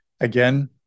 Again